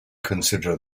consider